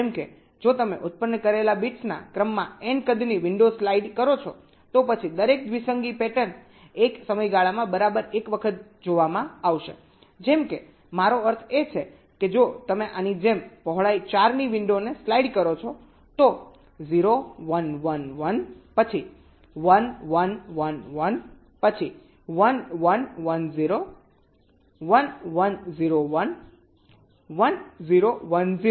જેમ કે જો તમે ઉત્પન્ન કરેલા બિટ્સના ક્રમમાં n કદની વિંડો સ્લાઇડ કરો છો તો પછી દરેક દ્વિસંગી પેટર્ન એક સમયગાળામાં બરાબર એક વખત જોવામાં આવશે જેમ કે મારો અર્થ એ છે કે જો તમે આની જેમ પહોળાઈ 4 ની વિંડોને સ્લાઇડ કરો તો 0 1 1 1 પછી 1 1 1 1 પછી 1 1 1 0 1 1 0 1 1 0 1 0